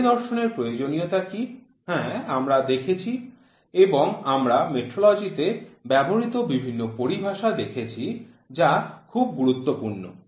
পরিদর্শনের প্রয়োজনীয়তা কী হ্যাঁ আমরা দেখেছি এবং আমরা মেট্রোলজিতে ব্যবহৃত বিভিন্ন পরিভাষা দেখেছি যা খুব গুরুত্বপূর্ণ